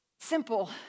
Simple